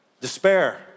despair